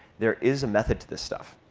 there is a method to this stuff.